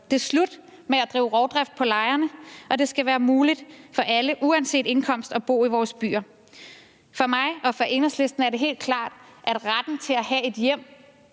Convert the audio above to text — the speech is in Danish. Det er slut med at drive rovdrift på lejerne, og det skal være muligt for alle uanset indkomst at bo i vores byer. For mig og for Enhedslisten er det helt klart, at retten til at have et hjem,